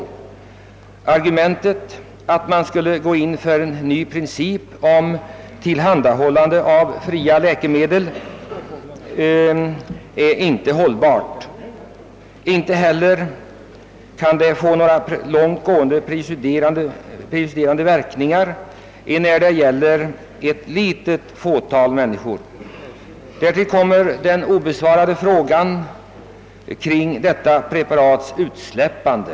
Argumentet att man skall gå in för en ny princip när det gäller tillhandahållande av fria läkemedel är inte hållbart. Inte heller skulle ett medgivande av fri medicin få några långt gående prejudicerande verkningar, enär det gäller ett litet fåtal människor. Till detta kommer den obesvarade frågan om omständigheterna kring detta preparats utsläppande.